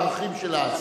בערכים של אז.